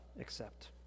accept